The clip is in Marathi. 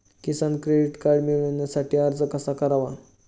किसान क्रेडिट कार्ड मिळवण्यासाठी अर्ज कसा करावा?